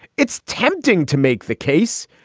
it's tempting to make the case,